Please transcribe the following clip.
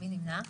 מי נמנע?